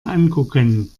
angucken